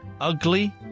ugly